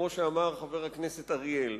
כמו שאמר חבר הכנסת אריאל,